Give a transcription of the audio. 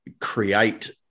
create